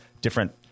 different